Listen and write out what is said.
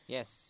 Yes